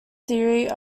theory